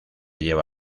lleva